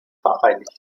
vereinigt